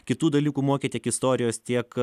kitų dalykų mokė tiek istorijos tiek